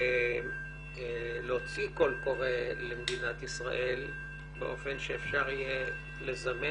ב-ICC להוציא קול קורא למדינת ישראל באופן שאפשר יהיה לזמן